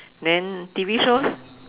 then T_V shows